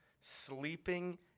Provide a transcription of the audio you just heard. Sleeping